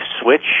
switch